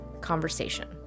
conversation